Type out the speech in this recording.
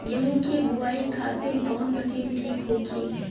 गेहूँ के बुआई खातिन कवन मशीन ठीक होखि?